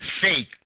fake